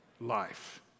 Life